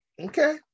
Okay